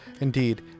Indeed